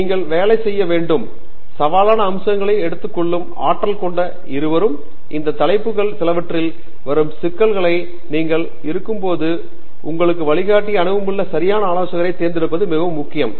நீங்கள் வேலை செய்ய வேண்டிய சவாலான அம்சங்களை எடுத்துக்கொள்ளும் ஆற்றல் கொண்ட இருவரும் இந்த தலைப்புகள் சிலவற்றில் வரும் சிக்கல்களில் நீங்கள் இருக்கும்போது உங்களுக்கு வழிகாட்டக்கூடிய அனுபவமுள்ள சரியான ஆலோசகரைத் தேர்ந்தெடுப்பது மிகவும் முக்கியம்